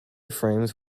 frames